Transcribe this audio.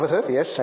professor S